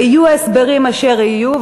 ויהיו ההסברים אשר יהיו,